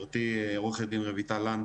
מודה לוועדה.